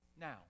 now